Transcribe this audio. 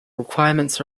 requirements